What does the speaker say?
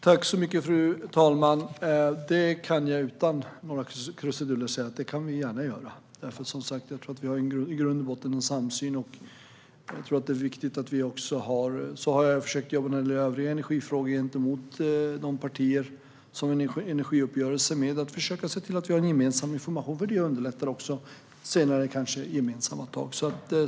Fru talman! Jag kan utan några krusiduller säga att det gör vi gärna. Jag tror som sagt att vi i grund och botten har samsyn. Så har jag försökt jobba med övriga energifrågor gentemot de partier som vi har energiuppgörelsen med. Jag försöker se till att vi har gemensam information, för det underlättar senare i gemensamma tag.